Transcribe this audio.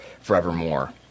forevermore